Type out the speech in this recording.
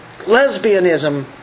Lesbianism